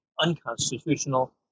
unconstitutional